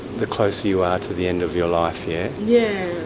the closer you are to the end of your life, yeah? yeah.